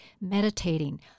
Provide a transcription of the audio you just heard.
meditating